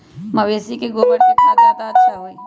मवेसी के गोबर के खाद ज्यादा अच्छा होई?